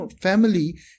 family